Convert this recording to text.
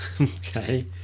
Okay